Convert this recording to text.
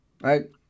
Right